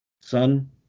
son